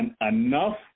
enough